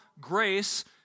grace